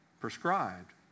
prescribed